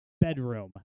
bedroom